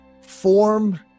Form